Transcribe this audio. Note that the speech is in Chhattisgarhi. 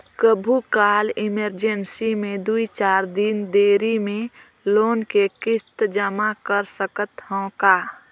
कभू काल इमरजेंसी मे दुई चार दिन देरी मे लोन के किस्त जमा कर सकत हवं का?